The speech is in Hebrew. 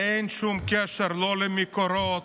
אין שום קשר למקורות,